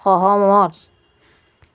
সহমত